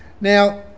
Now